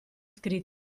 scritti